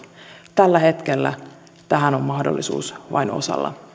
tällä hetkellä tähän on mahdollisuus vain osalla